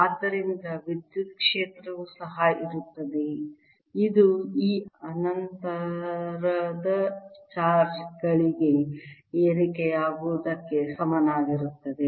ಆದ್ದರಿಂದ ವಿದ್ಯುತ್ ಕ್ಷೇತ್ರವು ಸಹ ಇರುತ್ತದೆ ಇದು ಈ ಅಂತರದ ಚಾರ್ಜ್ ಗಳಿಗೆ ಏರಿಕೆಯಾಗುವುದಕ್ಕೆ ಸಮನಾಗಿರುತ್ತದೆ